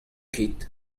ket